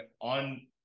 on